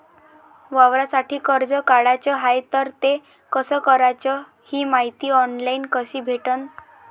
वावरासाठी कर्ज काढाचं हाय तर ते कस कराच ही मायती ऑनलाईन कसी भेटन?